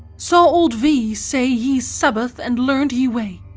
saw olde v. saye ye sabaoth and learnt ye way.